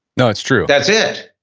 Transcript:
that's true that's it.